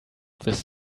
this